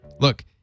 look